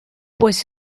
pues